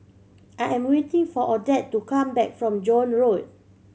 I am waiting for Odette to come back from Joan Road